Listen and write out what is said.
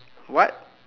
what